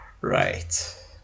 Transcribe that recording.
right